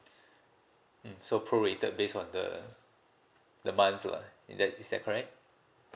mm so prorated based on the the months lah is that is that correct